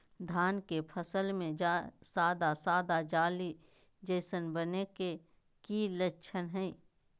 धान के फसल में सादा सादा जाली जईसन बने के कि लक्षण हय?